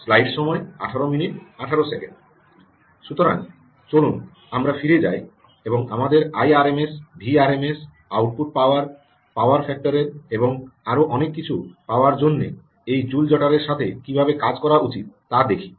সুতরাং চলুন আমরা ফিরে যায় এবং আমাদের IRMS VRMS output power power ফ্যাক্টরের এবং আরও অনেক কিছু পাওয়ার জন্য আমাদের এই জুল জটারের সাথে কীভাবে কাজ করা উচিত তা দেখি